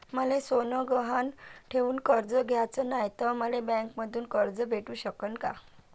मले सोनं गहान ठेवून कर्ज घ्याचं नाय, त मले बँकेमधून कर्ज भेटू शकन का?